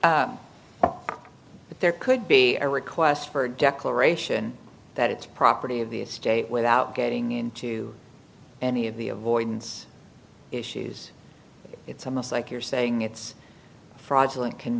was but there could be a request for a declaration that it's property of the state without getting into any of the avoidance issues it's almost like you're saying it's fraudulent c